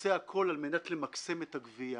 עושה הכל על מנת למקסם את הגבייה.